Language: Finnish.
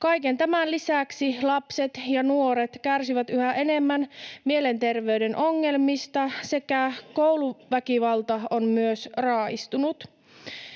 Kaiken tämän lisäksi lapset ja nuoret kärsivät yhä enemmän mielenterveyden ongelmista, ja kouluväkivalta on myös raaistunut.